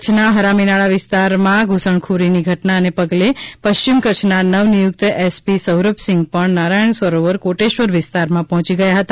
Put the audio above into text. કચ્છનાં હરામીનાળા વિસ્તારમાં ધૂસણખોરીની ઘટનાને પગલે પશ્ચિમ કચ્છનાં નવનિયુક્ત એસપી સૌરભસિંઘ પણ નારાયણ સરોવર કોટેશ્વર વિસ્તારમાં પહોંચી ગયા હતા